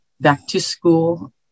back-to-school